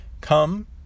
come